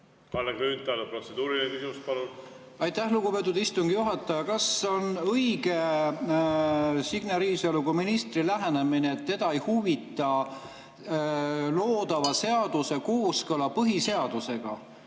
Kalle Grünthal, palun, protseduuriline küsimus! Aitäh, lugupeetud istungi juhataja! Kas on õige Signe Riisalo kui ministri lähenemine, et teda ei huvita loodava seaduse kooskõla põhiseadusega?